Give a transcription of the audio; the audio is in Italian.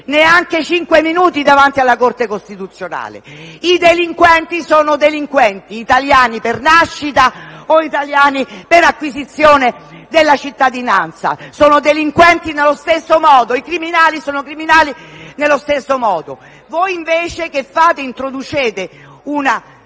neanche cinque minuti davanti alla Corte costituzionale. I delinquenti sono delinquenti, siano essi italiani per nascita o italiani per acquisizione della cittadinanza: sono delinquenti allo stesso modo. I criminali sono criminali allo stesso modo. Voi invece introducete una